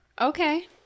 Okay